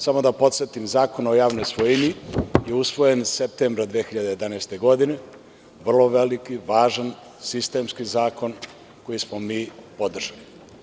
Samo da podsetim da je Zakon o javnoj svojini usvojen septembra 2011. godine, vrlo veliki, važan, sistemski zakon, koji smo mi podržali.